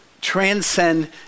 transcend